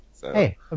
Hey